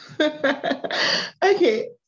Okay